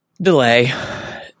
Delay